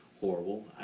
horrible